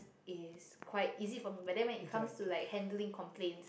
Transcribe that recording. is quite easy for me but then when it comes to like handling complaints